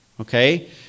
Okay